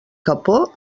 capó